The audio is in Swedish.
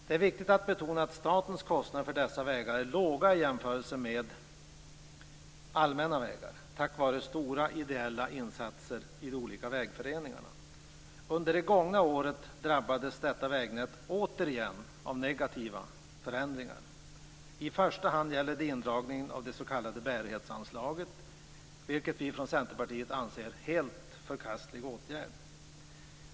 Det är viktigt att betona att statens kostnader för dessa vägar är låga i jämförelse med allmänna vägar, tack vare stora ideella insatser i de olika vägföreningarna. Under det gångna året drabbades detta vägnät återigen av negativa förändringar. I första hand gäller det indragningen av det s.k. bärighetsanslaget, vilket vi från Centerpartiet anser vara en helt förkastlig åtgärd.